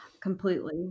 Completely